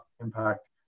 impact